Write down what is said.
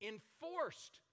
Enforced